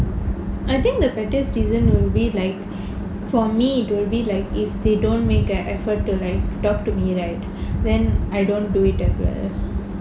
I think the pettiest reason will be like for me it will be like if they don't make an effort to talk to me right then I don't do it as well